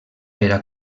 era